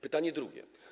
Pytanie drugie.